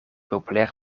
populair